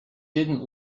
didn’t